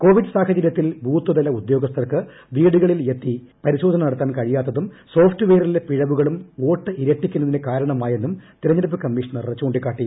Covid സാഹചര്യത്തിൽ ബൂത്തുതല ഉദ്യോഗസ്ഥർക്ക് വീടുകളിൽ നേരിട്ടെത്തി പരിശോധന നടത്താൻ കഴിയാത്തതും സോഫ്റ്റുവെയറിലെ പിഴവുകളും വോട്ട് ഇരട്ടിക്കുന്നതിന് കാരണമായെന്നും തെരെഞ്ഞെടുപ്പ് കമ്മീഷണർ ചൂണ്ടിക്കാട്ടി